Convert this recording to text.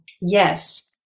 yes